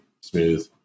smooth